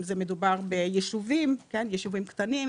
אם זה מדובר ביישובים קטנים,